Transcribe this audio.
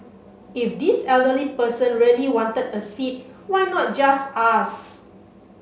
if this elderly person really wanted a seat why not just ask